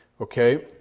Okay